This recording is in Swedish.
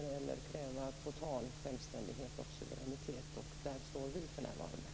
Det gäller också länder på många andra håll. Där står vi för närvarande.